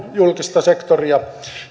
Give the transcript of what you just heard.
julkista sektoria